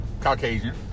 Caucasian